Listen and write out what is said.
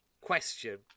question